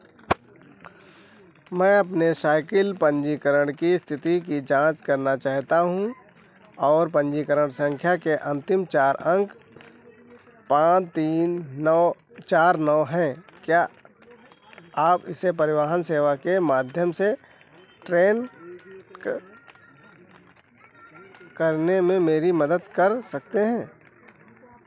मैं अपने साइकिल पंजीकरण की स्थिति की जाँच करना चाहता हूँ और पंजीकरण संख्या के अंतिम चार अंक पाँच तीन नौ चार नौ हैं क्या आप इसे परिवहन सेवा के माध्यम से ट्रेन करने में मेरी मदद कर सकते हैं